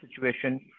situation